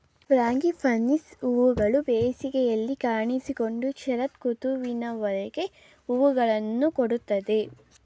frangipanis ಹೂಗಳು ಬೇಸಿಗೆಯಲ್ಲಿ ಕಾಣಿಸಿಕೊಂಡು ಶರತ್ ಋತುವಿನವರೆಗೂ ಹೂಗಳನ್ನು ಕೊಡುತ್ತದೆ